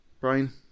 Brian